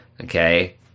Okay